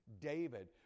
David